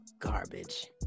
Garbage